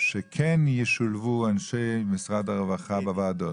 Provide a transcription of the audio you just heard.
שכן ישולבו אנשי משרד הרווחה בוועדות.